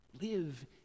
Live